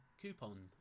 coupon